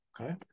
Okay